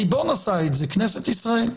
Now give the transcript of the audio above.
הריבון עשה את זה, כנסת ישראל.